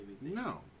No